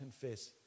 confess